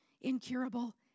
incurable